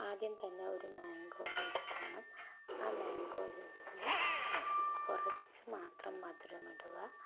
ആദ്യം തന്നെ ഒരു മാങ്കോ ജ്യൂസ്സ് വേണം ആ മാങ്കോ ജ്യൂസില് കുറച്ച് മാത്രം മധുരമിടുക